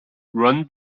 run